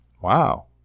Wow